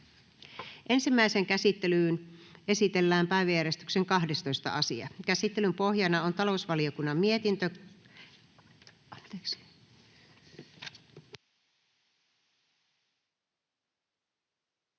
Ensimmäiseen käsittelyyn esitellään päiväjärjestyksen 12. asia. Käsittelyn pohjana on talousvaliokunnan mietintö